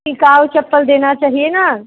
टिकाऊ चप्पल देना चाहिए न